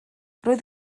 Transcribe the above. roedd